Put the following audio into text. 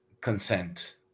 consent